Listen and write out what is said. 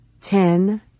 Ten